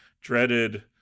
dreaded